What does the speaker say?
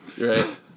Right